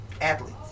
athletes